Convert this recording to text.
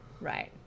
Right